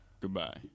Goodbye